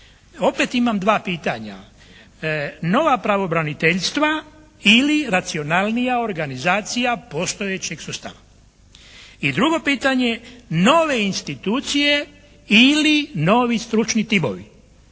opet imam dva pitanja. Nova pravobraniteljstva ili racionalnija organizacija postojećeg sustava. I drugo pitanje, nove institucije ili novi stručni timovi.